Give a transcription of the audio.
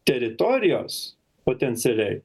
teritorijos potencialiai